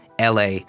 LA